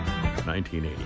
1980